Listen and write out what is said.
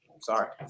sorry